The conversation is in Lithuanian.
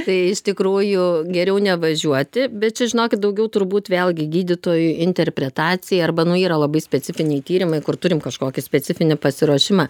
tai iš tikrųjų geriau nevažiuoti bet čia žinokit daugiau turbūt vėlgi gydytojų interpretacija arba nu yra labai specifiniai tyrimai kur turim kažkokį specifinį pasiruošimą